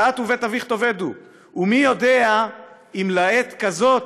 "ואת ובית אביך תאבדו, ומי יודע אם לעת כזאת